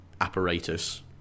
apparatus